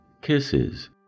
kisses